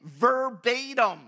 verbatim